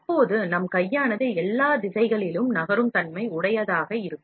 அப்போது நம் கையானது எல்லாத் திசைகளிலும் நகரும்தன்மை உடையதாக இருக்கும்